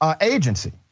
agency